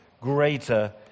greater